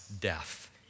death